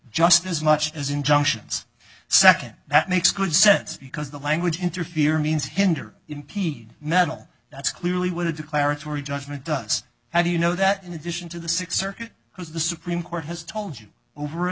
just as much as injunctions second that makes good sense because the language interfere means hinder impede metal that's clearly what a declaratory judgment does how do you know that in addition to the six circuit because the supreme court has told you over and